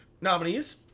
nominees